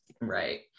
Right